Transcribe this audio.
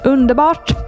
Underbart